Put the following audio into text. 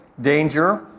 danger